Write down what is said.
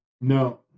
no